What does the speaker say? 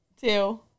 two